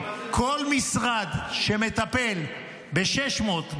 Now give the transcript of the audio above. כל משרד שמטפל ב-600,